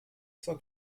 zur